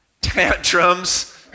Tantrums